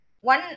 one